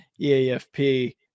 eafp